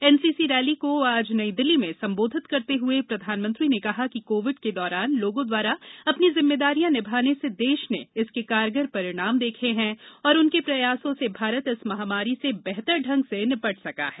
NCC rally को आज नई दिल्ली में सम्बोधित करते हुए प्रधानमंत्री ने कहा कि कोविड के दौरान लोगों द्वारा अपनी जिम्मेदारियां निभाने से देश ने इसके कारगर परिणाम देखें हैं और उनके प्रयासों से भारत इस महामारी से बेहतर ढंग से निपट सका है